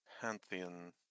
Pantheon